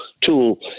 tool